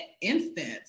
instance